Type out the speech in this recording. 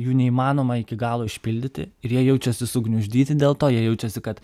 jų neįmanoma iki galo išpildyti ir jie jaučiasi sugniuždyti dėl to jie jaučiasi kad